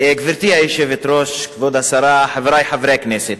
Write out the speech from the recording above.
גברתי היושבת-ראש, כבוד השרה, חברי חברי הכנסת,